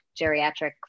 geriatric